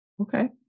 Okay